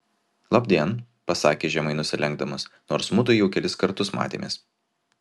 labdien pasakė žemai nusilenkdamas nors mudu jau kelis kartus matėmės